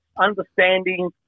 understanding